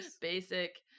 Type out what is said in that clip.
Basic